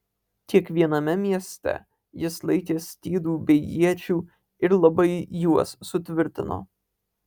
kiekviename mieste jis laikė skydų bei iečių ir labai juos sutvirtino